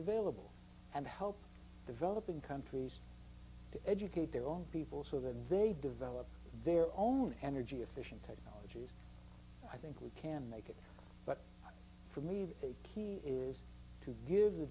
available and help developing countries to educate their own people so that they develop their own energy efficient technologies i think we can make it for me that the key is to give the